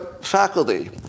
faculty